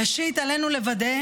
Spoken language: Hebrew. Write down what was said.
ראשית, עלינו לוודא